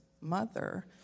mother